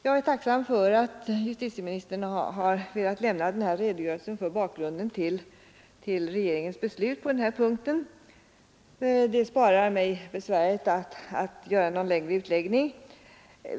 Jag är tacksam för att justitieministern har velat lämna en redogörelse för bakgrunden till regeringens beslut på denna punkt — det besparar mig besväret att göra någon längre utläggning.